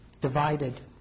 divided